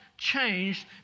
Changed